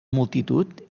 multitud